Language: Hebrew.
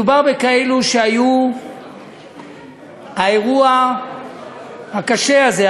מדובר בכאלה שהאירוע הקשה הזה,